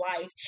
life